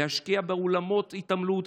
להשקיע באולמות התעמלות,